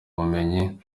bumenyi